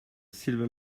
silver